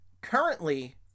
Currently